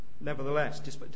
nevertheless